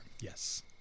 Yes